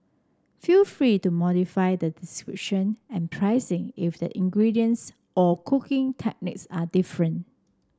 feel free to modify the description and pricing if the ingredients or cooking techniques are different